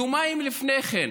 יומיים לפני כן,